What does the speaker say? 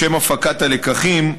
לשם הפקת הלקחים,